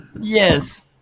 Yes